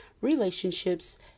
relationships